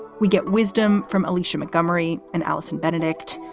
we get wisdom from alicia montgomery and allison benedikt.